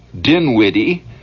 Dinwiddie